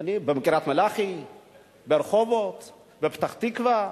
בקריית-מלאכי, ברחובות, בפתח-תקווה.